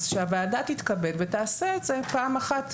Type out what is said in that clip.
אז שהוועדה תתכבד ותעשה את זה פעם אחת.